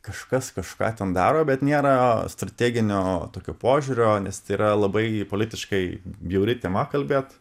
kažkas kažką ten daro bet nėra strateginio tokio požiūrio nes tai yra labai politiškai bjauri tema kalbėt